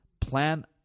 plan